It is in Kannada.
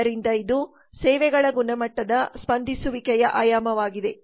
ಆದ್ದರಿಂದ ಇದು ಸೇವೆಗಳ ಗುಣಮಟ್ಟದ ಸ್ಪಂದಿಸುವಿಕೆಯ ಆಯಾಮವಾಗಿದೆ